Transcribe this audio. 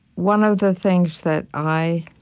one of the things that i